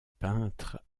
peintre